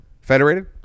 Federated